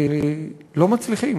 שלא מצליחים,